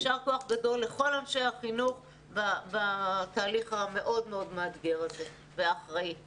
ישר כוח גדול לכל אנשי החינוך בתהליך המאוד מאוד מאתגר והאחראי הזה.